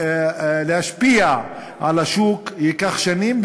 להשפיע על השוק ייקח שנים,